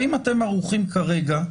האם אתם ערוכים כרגע,